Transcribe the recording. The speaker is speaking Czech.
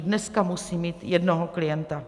Dneska musí mít jednoho klienta.